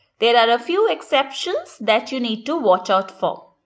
there are a few exceptions that you need to watch out for.